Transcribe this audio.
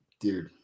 Dude